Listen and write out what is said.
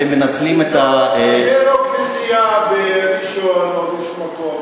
אתם מנצלים את תבנה לו כנסייה בראשון או באיזה מקום.